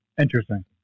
Interesting